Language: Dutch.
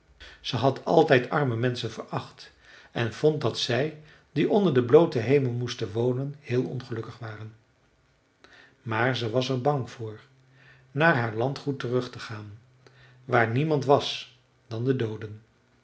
ze had altijd arme menschen veracht en vond dat zij die onder den blooten hemel moesten wonen heel ongelukkig waren maar ze was er bang voor naar haar landgoed terug te gaan waar niemand was dan de dooden